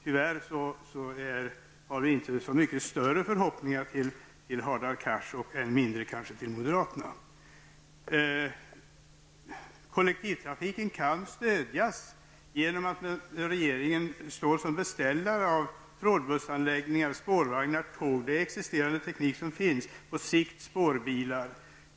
Tyvärr har vi inte heller några större förhoppningar beträffande Hadar Cars, och än mindre beträffande moderaterna. Kollektivtrafiken kan stödjas genom att staten står som beställare av trådbussanläggningar, spårvagnar och tåg. Tekniken finns redan. På sikt bör man satsa även på spårbilar.